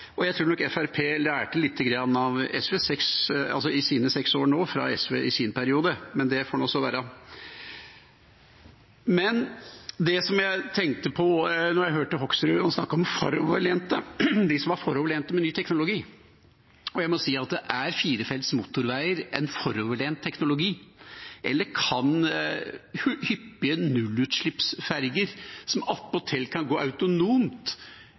Jeg tror nok Fremskrittspartiet lærte lite grann i sine seks år nå fra SV i sin periode, men det får så være. Det jeg tenkte på da jeg hørte Hoksrud snakke om dem som var foroverlent med ny teknologi, var: Er firefelts motorveier en foroverlent teknologi? Er hyppige nullutslippsferger, som attpåtil kan gå autonomt, foroverlent eller gammeldags? Jeg tror verken Trygve Bratteli eller Anders Lange visste hva som